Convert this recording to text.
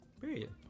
Period